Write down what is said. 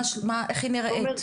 איך היא נראית?